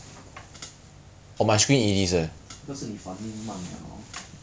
that one is even more worth but thirty ninety is like two point five K